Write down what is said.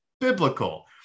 Biblical